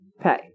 pay